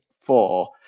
four